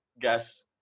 gas